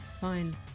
Fine